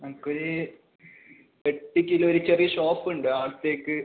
നമുക്കൊരു എട്ട് കിലോ ഒരു ചെറിയ ഷോപ്പുണ്ട് അവിടത്തേക്ക്